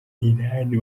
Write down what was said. inani